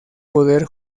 poder